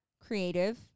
creative